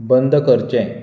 बंद करचें